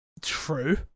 True